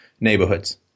neighborhoods